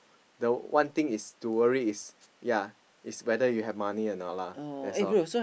the one thing is to worry is ya is whether you have money a not lah that's all